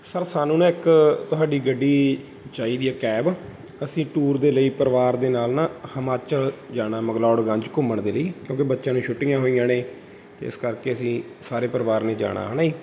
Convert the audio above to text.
sir ਸਾਨੂੰ ਨਾ ਇੱਕ ਤੁਹਾਡੀ ਗੱਡੀ ਚਾਹੀਦੀ ਹੈ ਕੈਬ ਅਸੀਂ ਟੂਰ ਦੇ ਲਈ ਪਰਿਵਾਰ ਦੇ ਨਾਲ ਨਾ ਹਿਮਾਚਲ ਜਾਣਾ ਮੈਕਲੋਡਗੰਜ ਘੁੰਮਣ ਦੇ ਲਈ ਕਿਉਂਕਿ ਬੱਚਿਆਂ ਨੂੰ ਛੁੱਟੀਆਂ ਹੋਈਆਂ ਨੇ ਅਤੇ ਇਸ ਕਰਕੇ ਅਸੀ ਸਾਰੇ ਪਰਿਵਾਰ ਨੇ ਜਾਣਾ ਹੈ ਨਾ ਜੀ